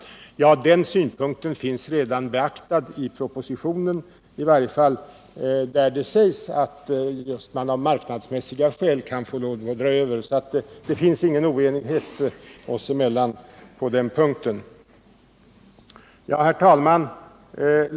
Till detta skulle jag vilja säga att den synpunkten redan är beaktad i propositionen, där det sägs att man just av marknadsmässiga skäl skall få lov att dra över. Det finns ingen oenighet oss emellan på den punkten. Herr talman!